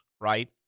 right